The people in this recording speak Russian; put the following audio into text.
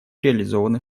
реализованы